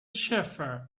shepherd